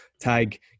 tag